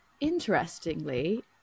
interestingly